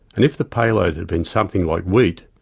and if the payload had been something like wheat,